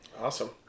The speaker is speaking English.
Awesome